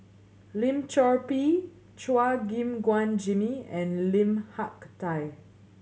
Lim Chor Pee Chua Gim Guan Jimmy and Lim Hak Tai